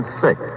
sick